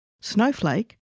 Snowflake